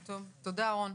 תודה, רון.